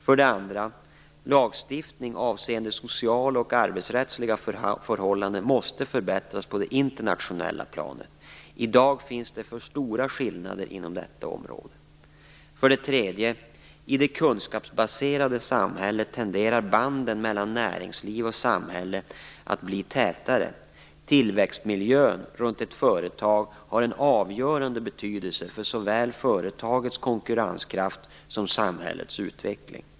För det andra: Lagstiftningen avseende sociala och arbetsrättsliga förhållanden måste förbättras på det internationella planet. I dag finns det för stora skillnader inom detta område. För det tredje: I det kunskapsbaserade samhället tenderar banden mellan näringsliv och samhälle att bli tätare. Tillväxtmiljön runt ett företag har en avgörande betydelse för såväl företagets konkurrenskraft som samhällets utveckling.